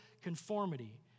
conformity